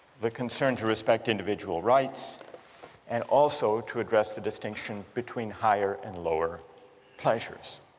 the concern to respect individual rights and also to address the distinction between higher and lower pleasures.